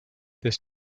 this